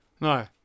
no